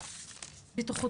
בטיחותית,